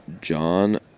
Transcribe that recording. John